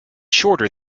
shorter